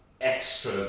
extra